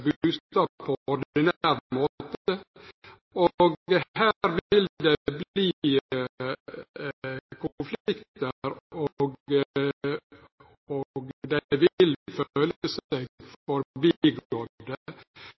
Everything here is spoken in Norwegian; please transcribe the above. bustad på ordinær måte. Her vil det bli konfliktar, og